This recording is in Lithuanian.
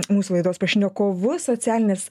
mūsų laidos pašnekovu socialinės